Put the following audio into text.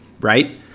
right